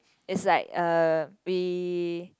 it's like uh we